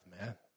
man